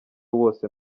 wose